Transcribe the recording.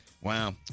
Wow